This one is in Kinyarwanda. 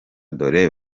dore